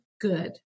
good